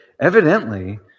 evidently